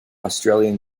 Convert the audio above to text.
australian